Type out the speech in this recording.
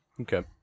Okay